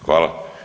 Hvala.